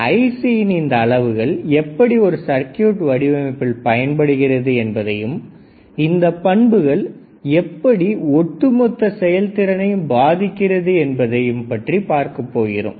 ஐஸியின் இந்த அளவுகள் எப்படி ஒரு சர்க்யூட் வடிவமைப்பில் பயன்படுகிறது என்பதையும் இந்தப் பண்புகள் எப்படி ஒட்டுமொத்த செயல்திறனையும் பாதிக்கிறது என்பதையும் பற்றி பார்க்க போகிறோம்